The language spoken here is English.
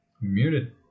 Muted